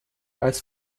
als